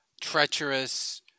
treacherous